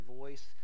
voice